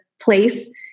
place